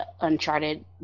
Uncharted